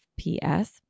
FPS